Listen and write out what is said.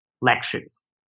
lectures